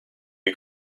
you